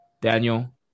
Daniel